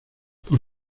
por